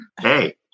hey